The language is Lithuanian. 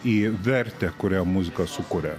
į vertę kurią muzika sukuria